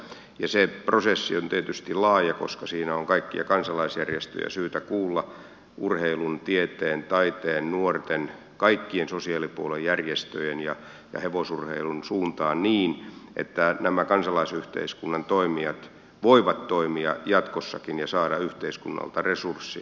se prosessi on tietysti laaja koska siinä on kaikkia kansalaisjärjestöjä syytä kuulla urheilun tieteen taiteen nuorten kaikkien sosiaalipuolen järjestöjen ja hevosurheilun suuntaan niin että nämä kansalaisyhteiskunnan toimijat voivat toimia jatkossakin ja saada yhteiskunnalta resursseja